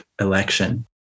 election